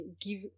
give